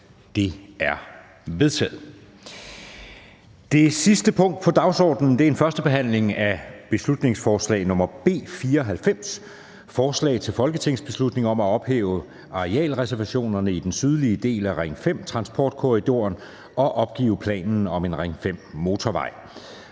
Det er vedtaget. --- Det sidste punkt på dagsordenen er: 15) 1. behandling af beslutningsforslag nr. B 94: Forslag til folketingsbeslutning om at ophæve arealreservationerne i den sydlige del af Ring 5-transportkorridoren og opgive planen om en Ring 5-motorvej.